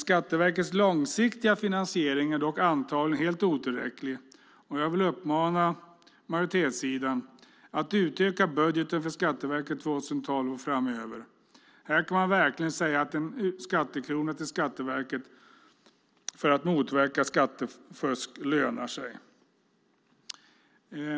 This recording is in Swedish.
Skatteverkets långsiktiga finansiering är dock antagligen helt otillräcklig. Jag vill uppmana majoritetssidan att utöka budgeten för Skatteverket 2012 och framöver. Här kan man verkligen säga att en skattekrona till Skatteverket för att motverka skattefusk lönar sig.